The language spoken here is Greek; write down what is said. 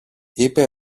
είπε